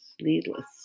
needless